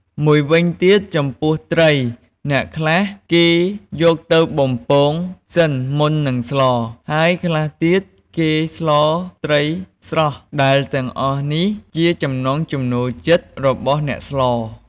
មួយវិញទៀត ចំពោះត្រី អ្នកខ្លះគេយកទៅបំពងសិនមុននឹងស្ល ហើយខ្លះទៀតគេស្លត្រីស្រស់ ដែលទាំងអស់នេះជាចំណង់ចំណូលចិត្តរបស់អ្នកស្ល។